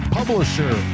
publisher